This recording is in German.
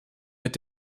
mit